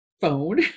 phone